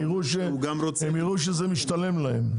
הם יראו שזה משתלם להם.